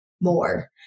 more